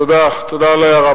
תודה על ההערה.